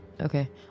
Okay